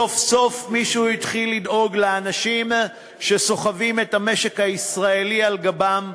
סוף-סוף מישהו התחיל לדאוג לאנשים שסוחבים את המשק הישראלי על גבם,